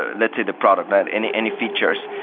ah let's say, the product. ah and any any features.